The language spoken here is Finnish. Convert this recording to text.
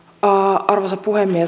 arvoisa puhemies